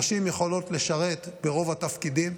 נשים יכולות לשרת ברוב התפקידים,